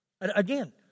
Again